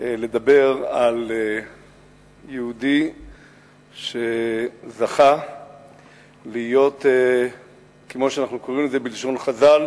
לדבר על יהודי שזכה להיות כמו שאנחנו קוראים לזה בלשון חז"ל: